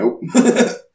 nope